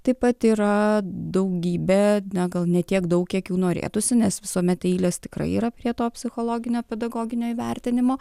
taip pat yra daugybė ne gal ne tiek daug kiek jų norėtųsi nes visuomet eilės tikrai yra prie to psichologinio pedagoginio įvertinimo